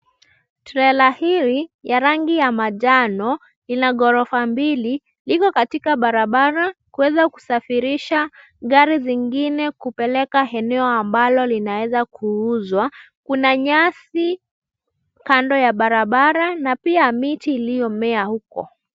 Trela hili la rangi la manjano ina ghorofa mbili. Iko katika barabara kuweza kusafirisha gari zingine kupeleka eneo ambalo zinaweza kuuzwa. Kuna nyasi kando ya barabara na pia miti iliyomea huko.